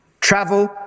travel